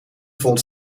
vond